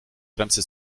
bremse